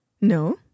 No